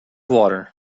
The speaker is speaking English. water